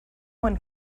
one